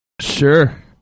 Sure